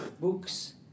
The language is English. books